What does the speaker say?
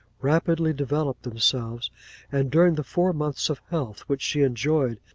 rapidly developed themselves and during the four months of health which she enjoyed,